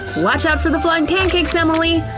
watch out for the flying pancakes, emily!